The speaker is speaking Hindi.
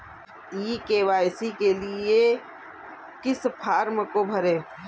ई के.वाई.सी के लिए किस फ्रॉम को भरें?